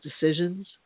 decisions